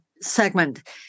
segment